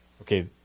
okay